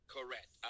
Correct